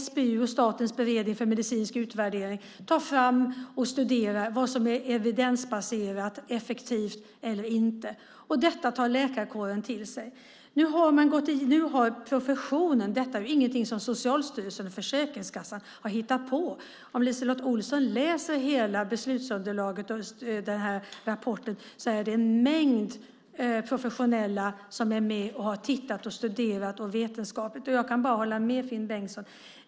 SBU, Statens beredning för medicinsk utvärdering, tar fram och studerar vad som är evidensbaserat effektivt och vad som inte är det. Detta tar läkarkåren till sig. Detta är ju ingenting som Socialstyrelsen och Försäkringskassan har hittat på. Om LiseLotte Olsson läser hela beslutsunderlaget och den här rapporten ser hon att det är en mängd professionella personer som är med, som har tittat på detta och studerat det vetenskapligt. Jag kan bara hålla med Finn Bengtsson.